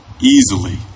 easily